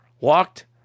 walked